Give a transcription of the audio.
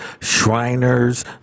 Shriners